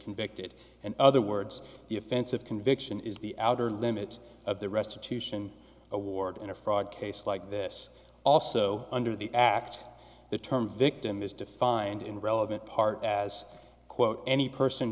convicted and other words the offense of conviction is the outer limits of the restitution award in a fraud case like this also under the act the term victim is defined in the relevant part as quote any person